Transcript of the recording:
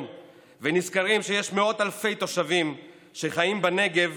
ונזכרים שיש מאות אלפי תושבים שחיים בנגב